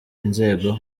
inzego